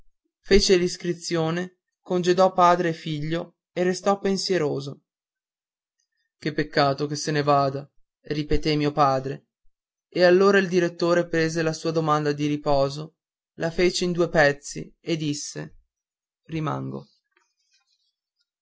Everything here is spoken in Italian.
fece l'iscrizione congedò padre e figlio e restò pensieroso che peccato che se ne vada ripeté mio padre e allora il direttore prese la sua domanda di riposo la fece in due pezzi e disse rimango